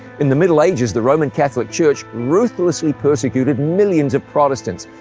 in the middle ages, the roman catholic church ruthlessly persecuted millions of protestants.